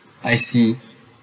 I see